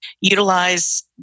utilize